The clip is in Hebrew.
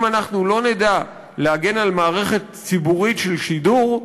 אם אנחנו לא נדע להגן על מערכת ציבורית של שידור,